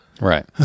Right